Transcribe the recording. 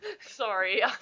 sorry